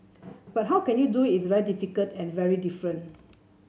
but how you can do it is very difficult and very different